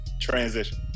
Transition